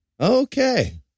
Okay